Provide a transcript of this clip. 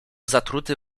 zatruty